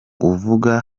uvuga